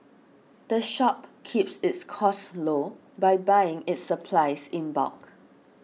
the shop keeps its costs low by buying its supplies in bulk